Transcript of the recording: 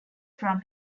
from